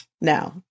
Now